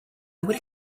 would